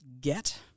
get